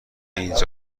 اینجا